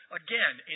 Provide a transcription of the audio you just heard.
again